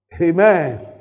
Amen